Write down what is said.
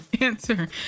Answer